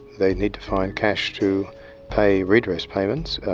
they need to find cash to pay redress payments,